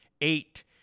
eight